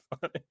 funny